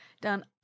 done